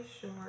sure